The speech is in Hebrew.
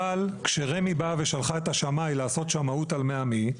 אבל כשרמ"י באה ושלחה את השמאי לעשות שמאות על בני עמי,